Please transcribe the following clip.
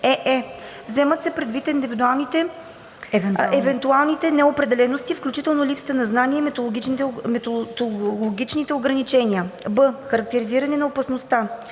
ее) вземат се предвид евентуалните неопределености, включително липсата на знания и методологичните ограничения. б) характеризиране на опасността: